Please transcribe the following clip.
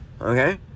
okay